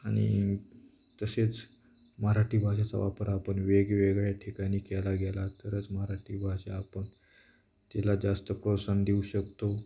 आणि तसेच मराठी भाषेचा वापर आपण वेगवेगळ्या ठिकाणी केला गेला तरच मराठी भाषा आपण तिला जास्त प्रोत्साहन देऊ शकतो